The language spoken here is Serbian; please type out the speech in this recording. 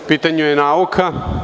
U pitanju je nauka.